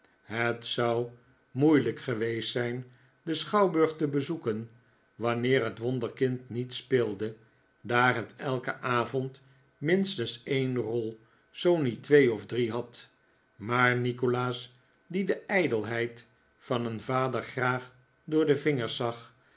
het zou moeilijk geweest zijn den schouwburg te bezoeken wanneer het wonderkind niet speelde daar het elken avond minstens een rol zoo niet twee of drie had maar nikolaas die de ijdelheid van een vader graag door de vingers zag